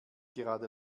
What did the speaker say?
gerade